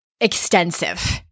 extensive